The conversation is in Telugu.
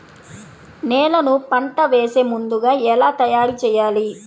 నేలను పంట వేసే ముందుగా ఎలా తయారుచేయాలి?